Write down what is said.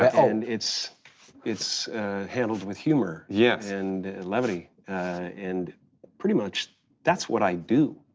and it's it's handled with humor yeah and levity and pretty much that's what i do.